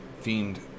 themed